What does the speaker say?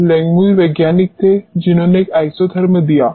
Langmuir वैज्ञानिक थे जिन्होंने एक आइसोथर्मस दिया है